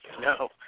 No